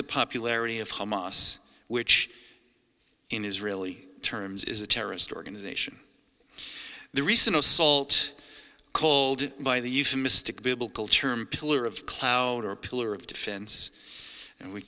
the popularity of hamas which in israeli terms is a terrorist organization the recent assault by the euphemistic biblical term pillar of cloud or pillar of defense and we